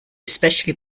especially